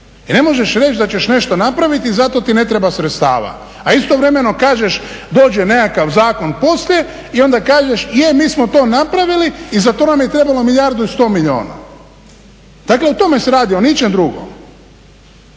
ne možeš reći da ćeš nešto napraviti i za to ti ne treba sredstava, a istovremeno kažeš dođe nekakav zakon poslije i onda kažeš je, mi smo to napravili i za to nam je trebalo milijardu i sto milijuna. Dakle, o tome se radi, o ničem drugom.